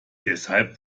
deshalb